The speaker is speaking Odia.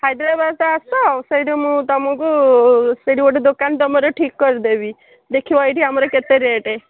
ହାଇଦ୍ରାବାଦ ଆସ ସେଇଠି ମୁଁ ତୁମକୁ ସେଇଠି ଗୋଟେ ଦୋକାନ ତୁମର ଠିକ୍ କରିଦେବି ଦେଖିବ ଏଇଠି ଆମର କେତେ ରେଟ୍